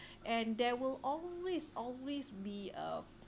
and there will always always be a